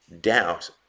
doubt